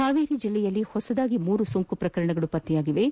ಹಾವೇರಿ ಜಿಲ್ಲೆಯಲ್ಲಿ ಹೊಸದಾಗಿ ಮೂರು ಸೋಂಕು ಪ್ರಕರಣಗಳು ಪತ್ತೆಯಾಗಿದ್ದು